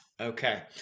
okay